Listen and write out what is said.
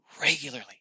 regularly